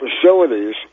facilities